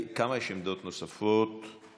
כמה עמדות נוספות יש?